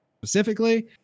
specifically